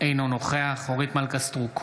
אינו נוכח אורית מלכה סטרוק,